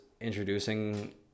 introducing